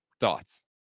thoughts